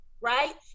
right